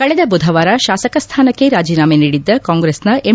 ಕಳೆದ ಬುಧವಾರ ಶಾಸಕ ಸ್ಟಾನಕ್ಕೆ ರಾಜೀನಾಮೆ ನೀಡಿದ್ದ ಕಾಂಗ್ರೆಸ್ನ ಎಂ